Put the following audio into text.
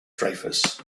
dreyfus